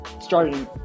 starting